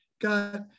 got